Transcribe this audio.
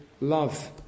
love